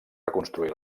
reconstruir